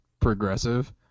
progressive